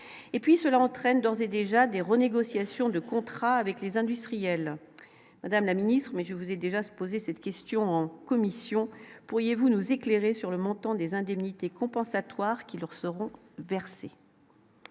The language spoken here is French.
cela entraîne d'ores et déjà des renégociations de contrats avec les industriels, madame la Ministre, mais je vous ai déjà se poser cette question en commission, pourriez-vous nous éclairer sur le montant des indemnités compensatoires qui leur seront versées.